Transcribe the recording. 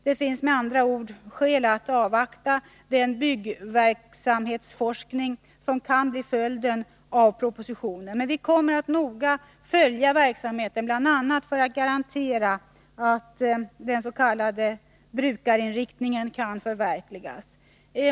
Det finns med andra ord skäl att avvakta den byggverksamhetsforskning som kan bli följden av propositionen. Men vi kommer noga att följa verksamheten, bl.a. för att garantera att den s.k. brukarinriktningen kan förverkligas.